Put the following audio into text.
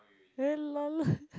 eh lol